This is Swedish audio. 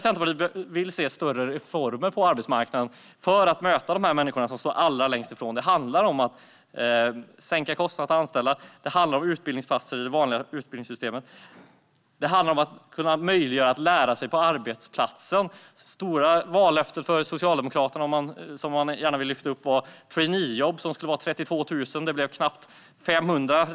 Centerpartiet vill se större reformer på arbetsmarknaden för att möta de människor som står allra längst ifrån den. Det handlar om att sänka kostnaderna för att anställa, om utbildningsplatser i det vanliga utbildningssystemet och om att möjliggöra att lära sig på arbetsplatsen. Socialdemokraternas stora vallöfte som man gärna vill lyfta fram var 32 000 traineejobb. Det blev knappt 500 traineejobb.